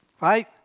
right